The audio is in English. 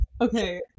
okay